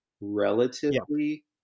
relatively